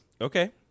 Okay